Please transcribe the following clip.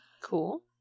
Cool